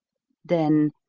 then,